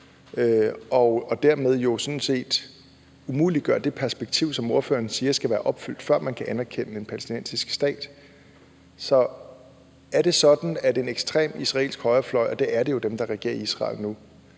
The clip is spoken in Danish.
jo dermed sådan set det perspektiv, som ordføreren siger skal være opfyldt, før man kan anerkende en palæstinensisk stat. Så er det sådan, at en ekstrem israelsk højrefløj – og det er de jo, dem, der regerer Israel nu